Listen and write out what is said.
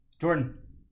Jordan